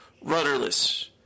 Rudderless